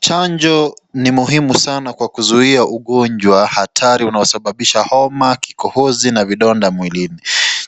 Chanjo ni muhimu sana kwa kuzuia ugonjwa hatari unaosababisha homa, kikohozi na vidonda mwilini.